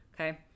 Okay